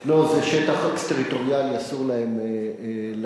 לא, זה שטח אקסטריטוריאלי, אסור להם לבוא.